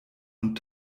und